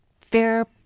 fair